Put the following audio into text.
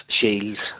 shields